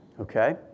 Okay